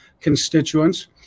constituents